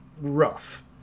rough